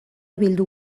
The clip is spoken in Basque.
bildu